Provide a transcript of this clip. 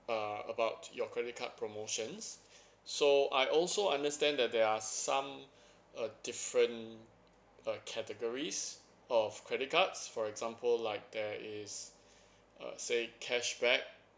uh about your credit card promotions so I also understand that there are some uh different uh categories of credit cards for example like there is uh say cashback